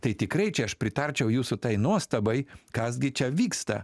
tai tikrai čia aš pritarčiau jūsų tai nuostabai kas gi čia vyksta